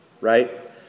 right